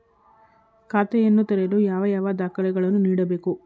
ಖಾತೆಯನ್ನು ತೆರೆಯಲು ಯಾವ ಯಾವ ದಾಖಲೆಗಳನ್ನು ನೀಡಬೇಕು?